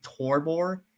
Torbor